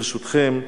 ברשותכם,